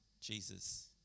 Jesus